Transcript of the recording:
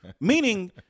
meaning